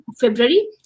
february